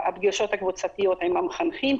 הפגישות הקבוצתיות עם המחנכים,